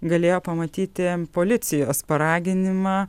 galėjo pamatyti policijos paraginimą